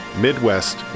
Midwest